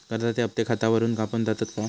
कर्जाचे हप्ते खातावरून कापून जातत काय?